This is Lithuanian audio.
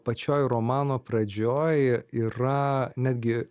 pačioj romano pradžioj yra netgi